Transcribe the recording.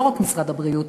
לא רק משרד הבריאות,